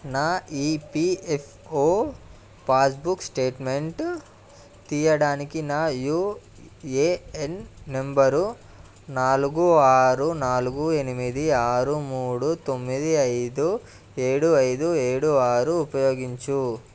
నా EPFO passbook statement తీయడానికి నా యుఏఎన్ నంబర్ నాలుగు ఆరు నాలుగు ఎనిమిది ఆరు మూడు తొమ్మిది ఐదు ఏడు ఐదు ఏడు ఆరు ఉపయోగించు